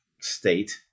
state